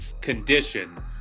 condition